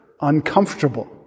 uncomfortable